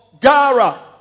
Gara